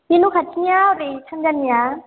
बे न' खाथिनिया ओरै सानजानिया